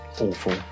awful